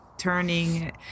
turning